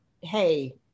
hey